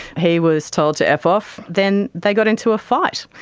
he was told to f off. then they got into a fight,